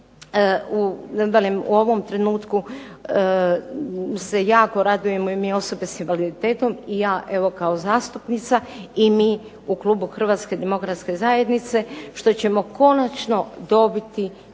u ovom trenutku se jako radujemo i mi osobe sa invaliditetom i ja evo kao zastupnica i mi u klubu Hrvatske demokratske zajednice što ćemo konačno dobiti